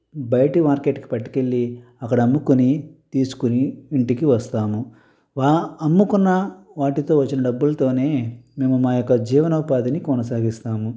బయటి మార్కెట్కి పట్టుకెళ్ళి అక్కడ అమ్ముకొని తీసుకొని ఇంటికి వస్తాము వ అమ్ముకున్న వాటితో వచ్చిన డబ్బులతోనే మేము మా యొక్క జీవనోపాధిని కొనసాగిస్తాము